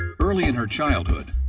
early in her childhood,